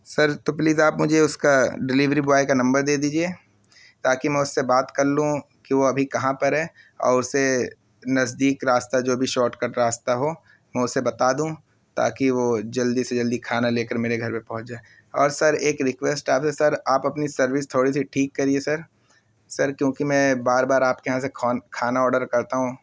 سر تو پلیز آپ مجھے اس کا ڈیلیوری بوائے کا نمبر دے دیجیے تا کہ میں اس سے بات کر لوں کہ وہ ابھی کہاں پر ہے اور اسے نزدیک راستہ جو بھی شارٹ کٹ راستہ ہو میں اسے بتا دوں تا کہ وہ جلدی سے جلدی کھانا لے کر میرے گھر پہ پہنچ جائے اور سر ایک ریکویسٹ آپ سے سر آپ اپنی سروس تھوڑی سی ٹھیک کریے سر سر کیونکہ میں بار بار آپ کے یہاں سے کھانا آڈر کرتا ہوں